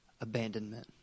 abandonment